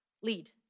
lead